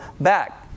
back